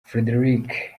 frédéric